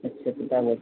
अच्छा प्रतापगढ़ से